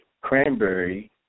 cranberry